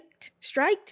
striked